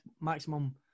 maximum